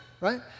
right